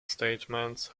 statement